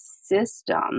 system